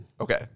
Okay